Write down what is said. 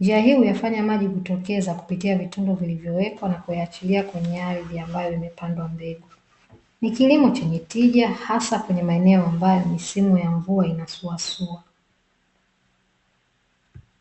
Njia hii huyafanya maji kutokeza kupitia vitundu vilivyowekwa na kuyaachilia kwenye ardhi ambayo imepandwa mbegu. Ni kilimo chenye tija hasa kwenye maeneo ambayo misimu ya mvua inasusua.